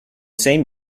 same